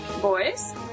boys